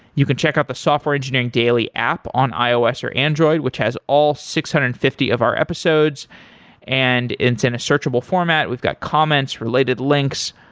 you can check out the software engineering daily app on ios or android, which has all six hundred and fifty of our episodes and it's in a searchable format. we've got comments, related links.